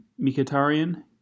Mikatarian